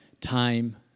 time